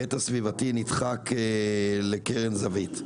ההיבט הסביבתי נדחק לקרן זווית.